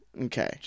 Okay